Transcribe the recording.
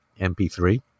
mp3